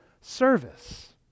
service